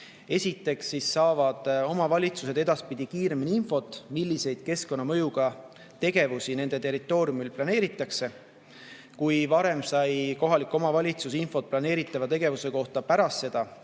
Esiteks saavad omavalitsused edaspidi kiiremini infot, milliseid keskkonnamõjuga tegevusi nende territooriumil planeeritakse. Kui varem sai kohalik omavalitsus infot planeeritava tegevuse kohta pärast seda,